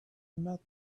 met